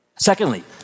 Secondly